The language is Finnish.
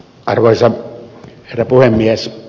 arvoisa herra puhemies